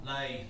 Lay